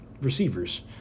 receivers